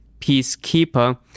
peacekeeper